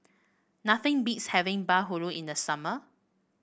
nothing beats having bahulu in the summer